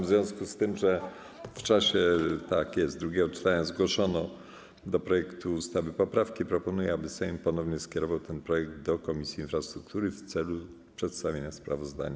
W związku z tym, że w czasie drugiego czytania zgłoszono do projektu ustawy poprawki, proponuję, aby Sejm ponownie skierował ten projekt do Komisji Infrastruktury w celu przedstawienia sprawozdania.